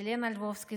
ילנה לבובסקי,